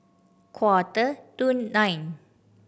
quarter to nine